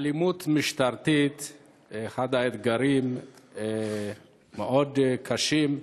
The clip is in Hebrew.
האלימות המשטרתית היא אחד האתגרים הקשים מאוד,